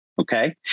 Okay